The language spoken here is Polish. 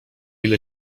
ile